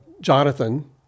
Jonathan